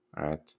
right